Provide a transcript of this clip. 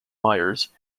myers